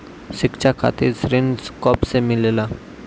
शिक्षा खातिर ऋण कब से मिलेला?